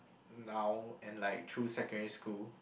now and like through secondary school